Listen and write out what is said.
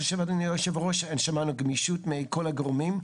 שמענו גמישות מכל הגורמים.